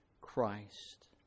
Christ